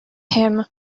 him